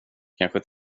kanske